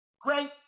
great